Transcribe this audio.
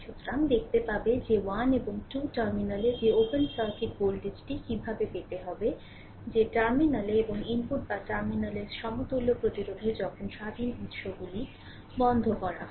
সুতরাং দেখতে পাবে যে 1 এবং 2 টার্মিনালে যে ওপেন সার্কিট ভোল্টেজটি কীভাবে পেতে হবে যে টার্মিনালে এবং ইনপুট বা টার্মিনালের সমতুল্য প্রতিরোধের যখন স্বাধীন উৎসগুলি বন্ধ করা হয়